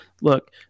look